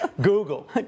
Google